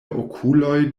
okuloj